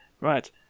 right